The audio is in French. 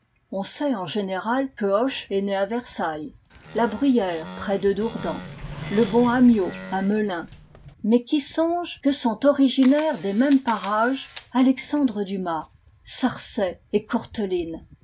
on sait en général que hoche est né à versailles la bruyère près de dourdan le bon amyot à melun mais qui songe que sont originaires des mêmes parages alexandre dumas sarcey et courteline